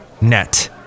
Net